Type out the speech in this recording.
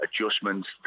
adjustments